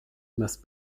must